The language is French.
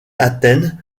athènes